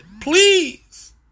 Please